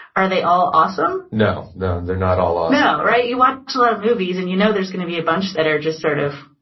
are they all awesome? no, no, and they're not all awesome no, right? you watch a lot of movies and you know there's gonna be a bunch that are just sort of,